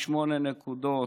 יש שמונה נקודות,